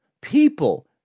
people